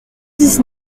dix